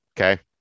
Okay